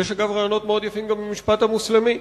אגב, יש רעיונות מאוד יפים גם במשפט המוסלמי,